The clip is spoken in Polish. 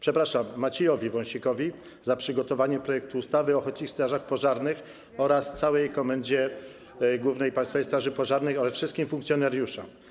przepraszam, Maciejowi Wąsikowi za przygotowanie projektu ustawy o ochotniczych strażach pożarnych oraz całej Komendzie Głównej Państwowej Straży Pożarnej, a także wszystkim funkcjonariuszom.